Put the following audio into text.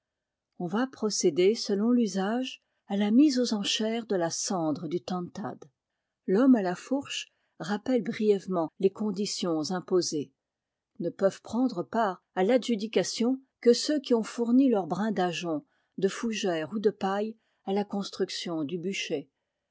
on va procéder selon l'usage à la mise aux enchères de la cendre du tantad l'homme à la fourche rappelle brièvement les conditions imposées ne peuvent prendre part à l'adjudication que ceux qui ont fourni leur brin d'ajonc de fougère ou de paille à la construction du bûcher